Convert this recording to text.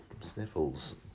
sniffles